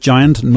Giant